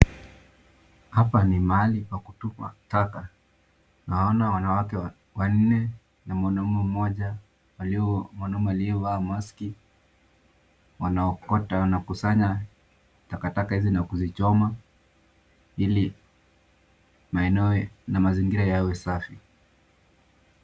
Hapa ni mahali pa kutupa taka naona wanawake wanne na mwanaume mmoja mwanaume aliyevaa maski wanakusanya takataka hizi na kuzichoma ili maeneo na mazingira yawe safi.